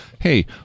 hey